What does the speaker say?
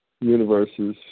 universes